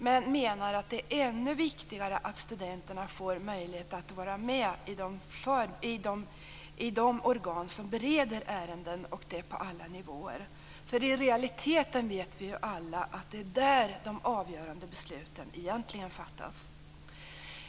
Men vi menar att det är ännu viktigare att studenterna får möjlighet att vara med i de organ som bereder ärenden, och det på alla nivåer. I realiteten vet vi ju alla att det är där de avgörande besluten egentligen fattas.